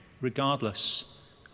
regardless